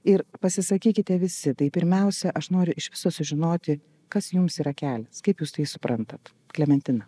ir pasisakykite visi tai pirmiausia aš noriu susižinoti kas jums yra kelias kaip jūs tai suprantat klementina